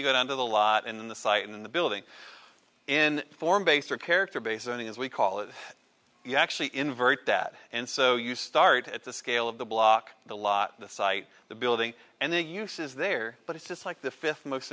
you go down to the lot in the site in the building in form base or character based learning as we call it you actually invert dad and so you start at the scale of the block the lot the site the building and they use is there but it's just like the fifth most